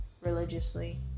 religiously